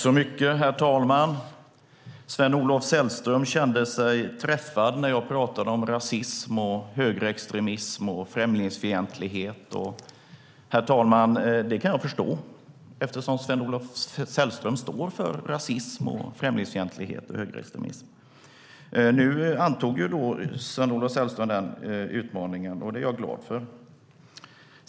Herr talman! Sven-Olof Sällström kände sig träffad när jag talade om rasism, högerextremism och främlingsfientlighet. Det kan jag förstå eftersom Sven-Olof Sällström står för rasism, främlingsfientlighet och högerextremism. Nu antog Sven-Olof Sällström utmaningen, och det är jag glad för.